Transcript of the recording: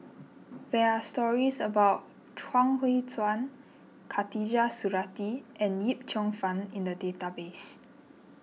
there are stories about Chuang Hui Tsuan Khatijah Surattee and Yip Cheong Fun in the database